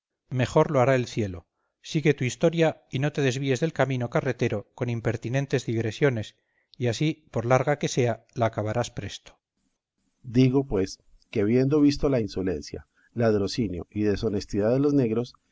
mejor lo hará el cielo sigue tu historia y no te desvíes del camino carretero con impertinentes digresiones y así por larga que sea la acabarás presto berganza digo pues que habiendo visto la insolencia ladronicio y deshonestidad de los negros